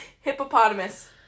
Hippopotamus